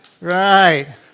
right